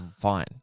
fine